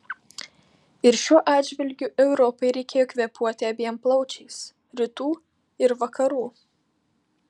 ir šiuo atžvilgiu europai reikėjo kvėpuoti abiem plaučiais rytų ir vakarų